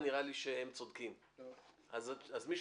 הנוסח שקוראים אותו יחד עם הסעיף עצמו זה קצת --- כי כתוב: